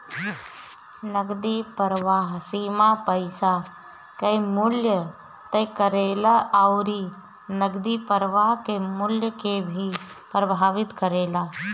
नगदी प्रवाह सीमा पईसा कअ मूल्य तय करेला अउरी नगदी प्रवाह के मूल्य के भी प्रभावित करेला